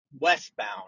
westbound